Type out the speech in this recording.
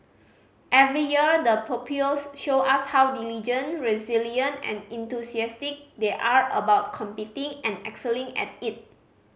every year the pupils show us how diligent resilient and enthusiastic they are about competing and excelling at it